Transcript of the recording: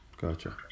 Gotcha